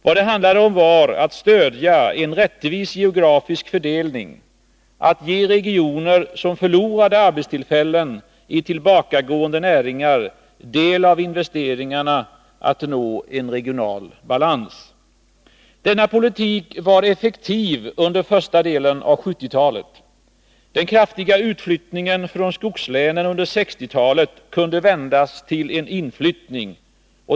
Vad det handlade om var att stödja en rättvis geografisk fördelning, att ge regioner som förlorade arbetstillfällen i tillbakagående näringar del av investeringarna och att uppnå regional balans. Denna politik var effektiv under första delen av 1970-talet. Den kraftiga utflyttningen från skogslänen under 1960-talet kunde vändas till en inflyttning.